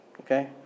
Okay